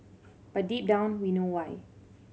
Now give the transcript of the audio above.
but deep down we know why